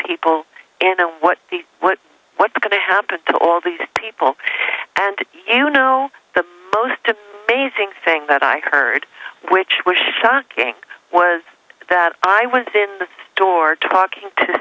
people and what the what what's going to happen to all these people and you know the most amazing thing that i heard which was shocking was that i was in the door talking to